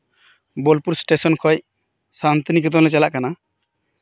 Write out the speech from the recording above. Bolpur station ᱠᱷᱚᱱ ᱥᱟᱱᱛᱤᱱᱤᱠᱮᱛᱚᱱ ᱞᱮ ᱪᱟᱞᱟᱜ ᱠᱟᱱᱟ